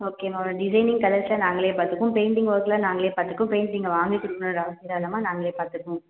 ஓகேம்மா டிசைனிங் கலர்ஸ்லாம் நாங்களே பார்த்துப்போம் பெயிண்டிங் ஒர்க்கெலாம் நாங்களே பார்த்துக்குவோம் பெயிண்ட் நீங்கள் வாங்கி கொடுக்கணுங்கற அவசியம் இல்லைம்மா நாங்களே பார்த்துக்குவோம்